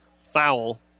Foul